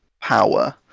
power